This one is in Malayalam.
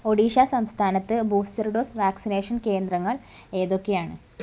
ഒഡീഷ സംസ്ഥാനത്ത് ബൂസ്റ്റർ ഡോസ് വാക്സിനേഷൻ കേന്ദ്രങ്ങൾ ഏതൊക്കെയാണ്